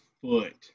foot